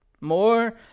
More